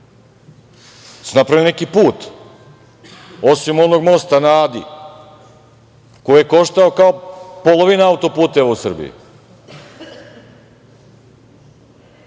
li napravili neki put, osim onog Mosta na Adi, koji je koštao kao polovina autoputeva u Srbiji?